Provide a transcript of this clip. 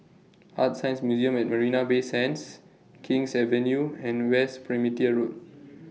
ArtScience Museum At Marina Bay Sands King's Avenue and West Perimeter Road